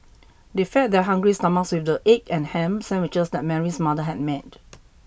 they fed their hungry stomachs with the egg and ham sandwiches that Mary's mother had made